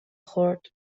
خورد